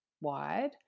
wide